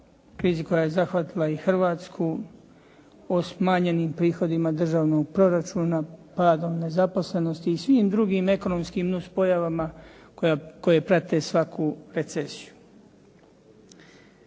krizi koja je zahvatila i Hrvatsku, o smanjenim prihodima državnog proračuna, padom nezaposlenosti i svim drugim ekonomskim nus pojavama koje prate svaku recesiju.